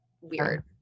weird